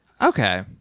Okay